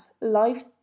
life